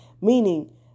meaning